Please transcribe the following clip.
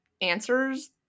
answers